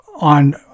on